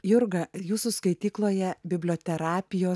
jurga jūsų skaitykloje biblioterapijos